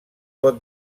pot